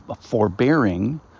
forbearing